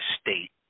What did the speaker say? state